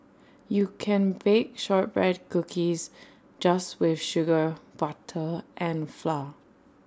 you can bake Shortbread Cookies just with sugar butter and flour